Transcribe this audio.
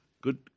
Good